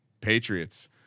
Patriots